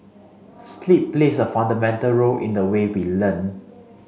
sleep plays a fundamental role in the way we learn